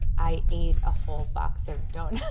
i ate a whole box of donuts?